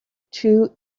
two